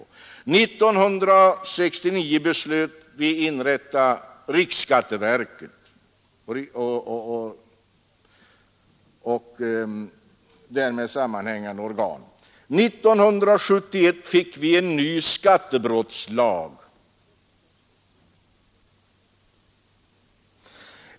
År 1969 beslöt vi inrätta riksskatteverket och därmed sammanhängande organ. År 1971 fick vi en ny skattebrottslag.